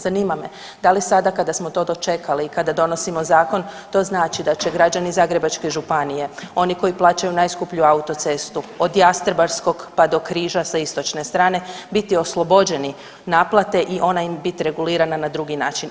Zanima me, da li sada kada smo to dočekali i kada donosimo zakon to znači da će građani Zagrebačke županije, oni koji plaćaju najskuplju autocestu od Jastrebarskog pa do Križa sa istočne strane biti oslobođeni naplate i ona im bit regulirana na drugi način?